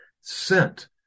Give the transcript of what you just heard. sent